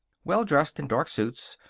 well dressed in dark suits,